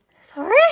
Sorry